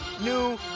New